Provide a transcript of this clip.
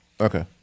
okay